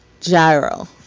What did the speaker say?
gyro